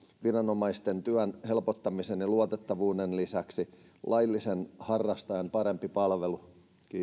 viranomaisten työn helpottamisen ja luotettavuuden lisäksi laillisen harrastajan parempi palvelu